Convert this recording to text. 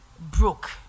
broke